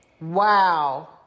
wow